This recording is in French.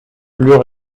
plus